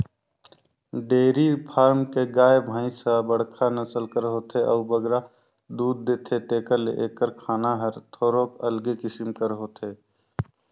dairy farm के गाय, भंइस ह बड़खा नसल कर होथे अउ बगरा दूद देथे तेकर ले एकर खाना हर थोरोक अलगे किसिम कर होथे